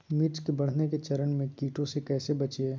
मिर्च के बढ़ने के चरण में कीटों से कैसे बचये?